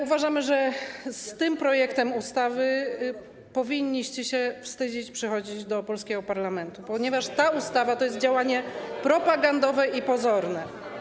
Uważamy, że z tym projektem ustawy powinniście się wstydzić przychodzić do polskiego parlamentu, ponieważ ta ustawa to jest działanie propagandowe i pozorne.